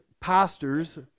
pastors